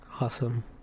Awesome